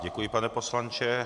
Děkuji, pane poslanče.